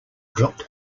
dropped